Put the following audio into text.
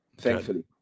Thankfully